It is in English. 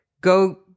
go